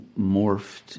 morphed